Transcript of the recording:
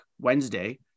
wednesday